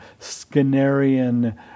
Skinnerian